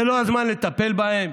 זה לא הזמן לטפל בהם?